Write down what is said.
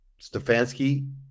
Stefanski